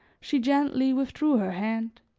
she gently withdrew her hand,